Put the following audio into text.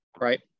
right